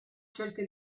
cerca